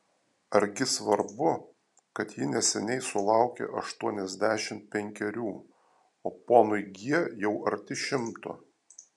argi svarbu kad ji neseniai sulaukė aštuoniasdešimt penkerių o ponui g jau arti šimto